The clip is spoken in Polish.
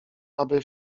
aby